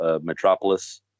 Metropolis